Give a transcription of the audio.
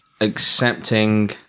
accepting